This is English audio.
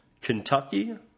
Kentucky